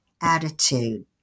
attitude